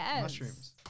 mushrooms